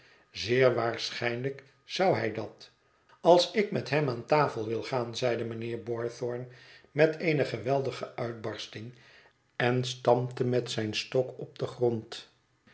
zeer waarschijnlijk zou hij dat als ik met hem aan tafel wil gaan i zeide mijnheer boythorn met eene geweldige uitbarsting en stampte met zijn stok op den grond